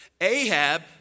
Ahab